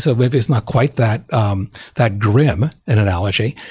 so maybe it's not quite that um that grim an analogy,